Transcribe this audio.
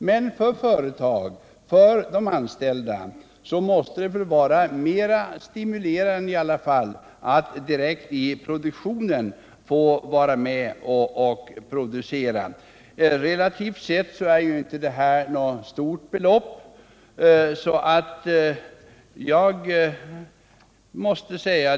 Men för företag och för anställda måste det väl i alla fall vara mer stimulerande att vara med direkt i produktionen. Relativt sett är inte detta något stort belopp.